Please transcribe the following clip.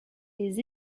les